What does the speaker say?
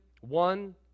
one